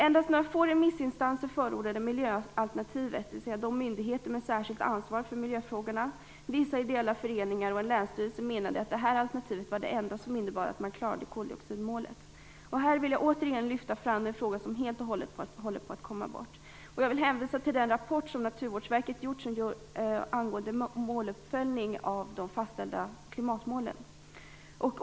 Endast några få remissinstanser förordade miljöalternativet; myndigheter med särskilt ansvar för miljöfrågorna, vissa ideella föreningar och en länsstyrelse menade att detta alternativ var det enda som innebar att man klarade koldioxidmålet. Jag vill i det här sammanhanget lyfta fram en fråga som helt och hållet håller på att komma bort. Jag hänvisar till den rapport som Naturvårdsverket gjort angående måluppföljning av de fastställda klimatmålen.